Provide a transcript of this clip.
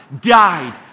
died